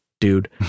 dude